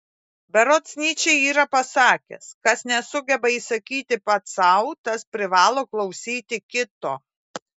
berods nyčė yra pasakęs kas nesugeba įsakyti pats sau tas privalo klausyti kito